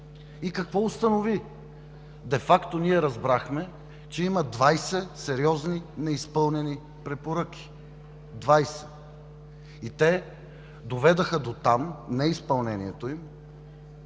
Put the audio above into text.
и какво установи. Де факто ние разбрахме, че има 20 сериозни неизпълнени препоръки. Двадесет! И неизпълнението им